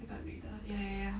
那个女的 ya ya ya